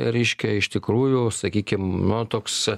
reiškia iš tikrųjų sakykim nu toks